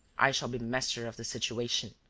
i shall be master of the situation.